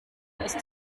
ist